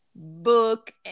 book